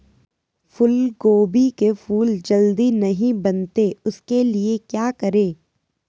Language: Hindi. फूलगोभी के फूल जल्दी नहीं बनते उसके लिए क्या करें?